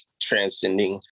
transcending